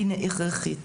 היא הכרחית.